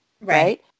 Right